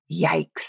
Yikes